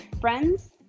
friends